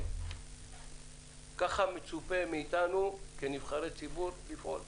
זה מה שמצופה מאיתנו כנבחרי ציבור.